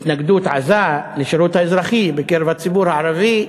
התנגדות עזה לשירות האזרחי בקרב הציבור הערבי,